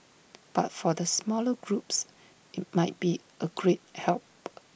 but for the smaller groups IT might be A great help